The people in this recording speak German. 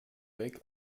weg